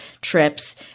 trips